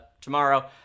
tomorrow